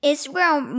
Israel